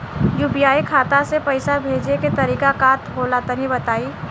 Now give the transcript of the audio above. UPI खाता से पइसा भेजे के तरीका का होला तनि बताईं?